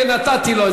ונתתי לו.